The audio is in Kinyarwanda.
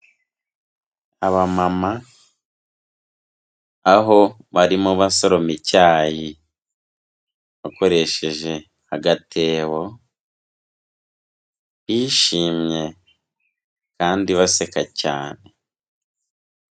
Abamama, aho barimo basoro icyayi bakoresheje agatebo, bishimye kandi baseka cyane.